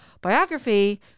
biography